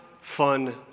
fun